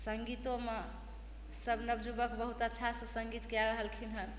संगीतोमे सब नवयुवक बहुत अच्छासँ संगीत कए रहलखिन हन